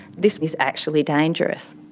this is actually dangerous.